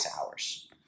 hours